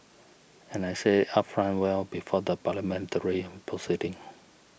and I said upfront well before the Parliamentary proceedings